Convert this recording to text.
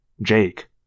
Jake